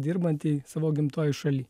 dirbantį savo gimtojoj šaly